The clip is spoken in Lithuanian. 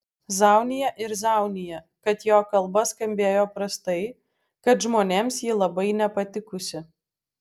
zaunija ir zaunija kad jo kalba skambėjo prastai kad žmonėms ji labai nepatikusi